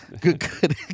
Good